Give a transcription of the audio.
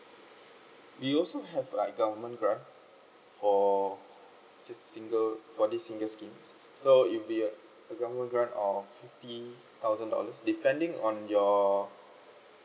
we also have like government grant for si~ single for this single scheme so it will be a government grant of fifty thousand dollar depending on your